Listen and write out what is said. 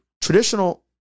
traditional